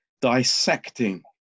dissecting